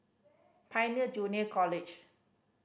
Pioneer Junior College